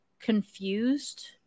confused